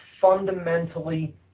fundamentally